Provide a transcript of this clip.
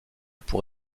pour